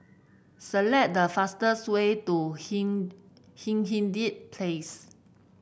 select the fastest way to Hindhede Place